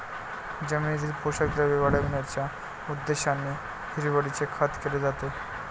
जमिनीतील पोषक द्रव्ये वाढविण्याच्या उद्देशाने हिरवळीचे खत केले जाते